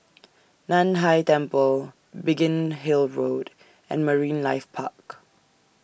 NAN Hai Temple Biggin Hill Road and Marine Life Park